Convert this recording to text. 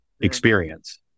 experience